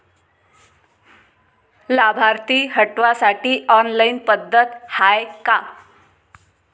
लाभार्थी हटवासाठी ऑनलाईन पद्धत हाय का?